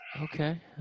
Okay